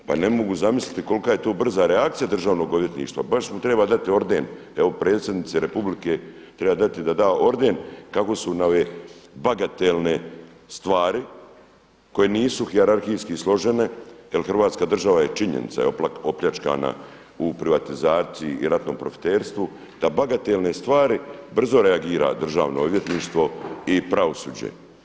Pa ne mogu zamisliti kolika je to brza reakcija Državnog odvjetništva, baš mu treba dati orden, evo predsjednici republike treba dati da orden kako su na ove bagatelne stvari koje nisu hijerarhijski složene, jer Hrvatska država je činjenica je opljačkana u privatizaciji i ratnom profiterstvu, da na bagatelne stvari brzo reagira Državno odvjetništvo i pravosuđe.